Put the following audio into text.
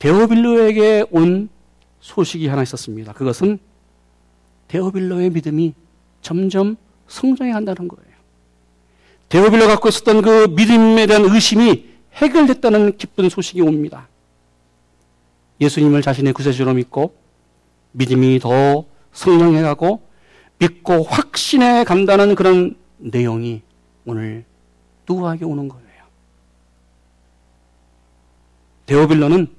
데오빌로에게 온 소식이 하나 있었습니다. 그것은 데오빌로의 믿음이 점점 성장해간다는 거예요. 데오빌로 갖고 있었던 그 믿음에 대한 의심이 해결됐다는 기쁜 소식이 옵니다. 예수님을 자신의 구세주로 믿고 믿음이 더 성장해가고 믿고 확신해간다는 그런 내용이 오늘 누구에게 오는 거예요? 데오빌로는